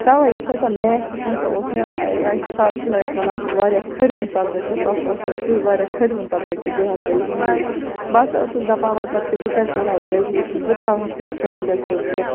تَوے یُس ہسا میتھ چھُ سُہ ہسا اوس مےٚ اَکہِ حِسابہٕ چھِنا وَنان أسۍ سُہ واریاہ کھٔرۍوُن سَبجیکٹ سُہ ہسا اوس مےٚ سُے واریاہ کھٔرۍوُن سَبجیکٹ بیٚیہِ ہسا یہِ اِنٛگلِش بہٕ ہسا ٲسٕس دَپان کہِ مطلب بہٕ کر کرٕہا گریجویشن بہٕ ترٛاوہن یِم سَبجیکٹ زٕ